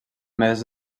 més